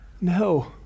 No